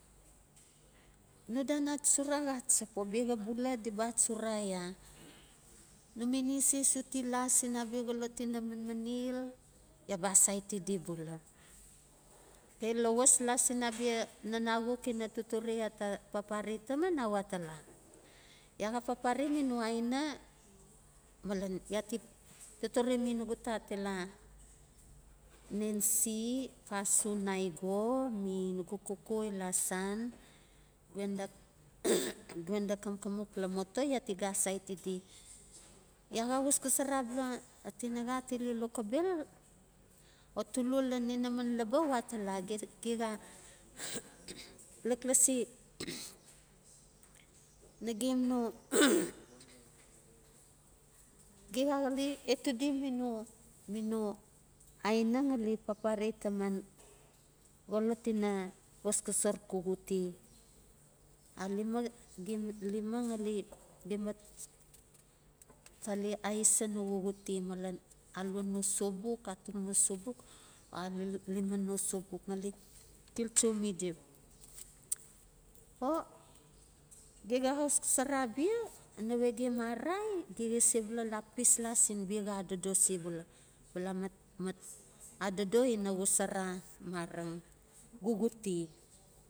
No dan atsura a xatsap. Obia xa bula di ba atsura iaa, num ineses uti la siin abia xolot ina manmanel, iaa ba asa di bula. Okay lawas la siin abia xolot ina manmanel, iaa ba asau di bula. Okay lawas la siin abia nan axuk ina papare iaa ta papare taman a watala, iaa xa papare mi no aina, malen iaa ti totore mi nugu tat ila nancy naigo, mi nugu koko ila san. Gwenda kamkamuk lamoto, ia ti ga asaiti di iaa xa xosxsoara abala tinaxa tile lokobel, o tulo ian inaman laba watala, gem xa laklasi nagen no ge xo xale etudin mi no-mi no aina ngali papare taman xolot ina xosxosar xuxute. A limo, gem lima ngali tali aisa no xuxute, malen ialua na sobuk ngali tiltso mi di mu. o gem ge xa xosxosara abia nawe gem ararai gem ga sebula pis la sin biaxa adodo subela. Bala mat-mat adodo ngali xosara marang xuxute.